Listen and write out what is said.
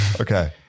Okay